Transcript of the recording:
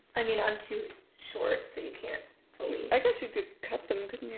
i mean, i'm too short. so you can't fully, i guess you could cut them, couldn't you?